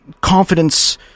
confidence